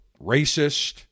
racist